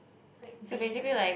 like being